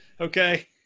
Okay